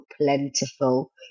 Plentiful